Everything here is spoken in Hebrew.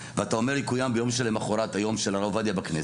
ואתה אומר יקוים ביום שלמוחרת היום של הרב עובדיה בכנסת,